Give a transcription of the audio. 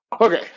okay